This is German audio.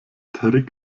trick